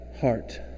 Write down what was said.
heart